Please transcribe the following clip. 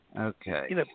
Okay